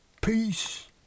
Peace